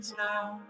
now